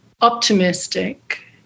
optimistic